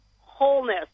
wholeness